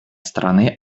страны